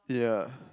yeah